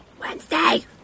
Wednesday